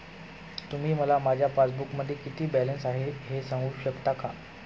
तुम्ही मला माझ्या पासबूकमध्ये किती बॅलन्स आहे हे सांगू शकता का?